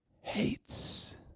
hates